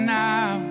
now